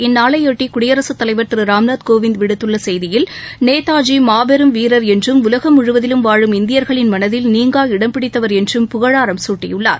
இந்நாளைபொட்டி குடியரசுத் தலைவா திரு ராம்நாத் கோவிந்த விடுத்துள்ள செய்தியில் நேதாஜி மாபெரும் வீரர் என்றும் உலகம் முழுவதிலும் வாழும் இந்தியாகளின் மனதில் நீங்கா இடம்பிடித்தவர் என்றும் புகழாரம் சூட்டியுள்ளார்